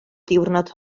diwrnod